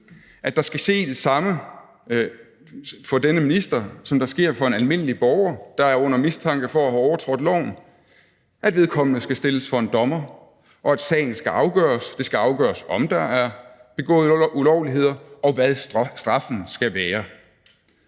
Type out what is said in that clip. at der skal ske det samme for denne minister, som der sker for en almindelig borger, der er under mistanke for at have overtrådt loven, nemlig at vedkommende skal stilles for en dommer, og at det skal afgøres, om der er begået ulovligheder, og hvad straffen skal være.